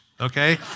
okay